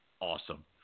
awesome